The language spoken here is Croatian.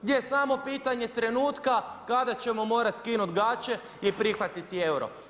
Gdje je samo pitanje trenutka, kada ćemo morati skinuti gaže i prihvatiti euro.